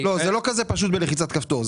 זה לא כזה פשוט בלחיצת כפתור,